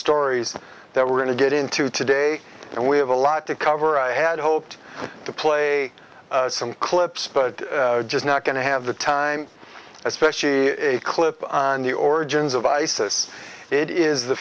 stories that we're going to get into today and we have a lot to cover i had hoped to play some clips but just not going to have the time especially a clip on the origins of isis it is the